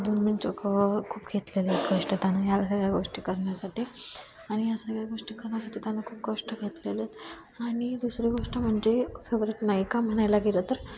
खूप घेतलेलेत कष्ट त्याने या सगळ्या गोष्टी करण्यासाठी आणि या सगळ्या गोष्टी करण्यासाठी त्यानं खूप कष्ट घेतलेलेत आणि दुसरी गोष्ट म्हणजे फेवरेट नायिका म्हणायला गेलं तर